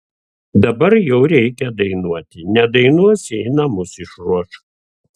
dabar jau reikia dainuoti nedainuosi į namus išruoš